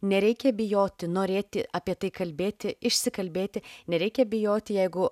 nereikia bijoti norėti apie tai kalbėti išsikalbėti nereikia bijoti jeigu